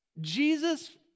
Jesus